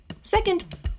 Second